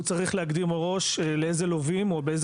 הוא צריך להגדיר מראש לאילו לווים או באיזו